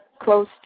close